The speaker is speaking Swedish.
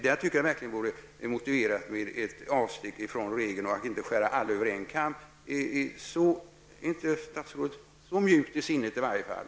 Jag tycker att det i detta fall vore motiverat med ett avsteg från regeln och att man inte skär alla över en kam. Är statsrådet inte så mjuk till sinnet i varje fall?